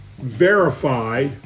verify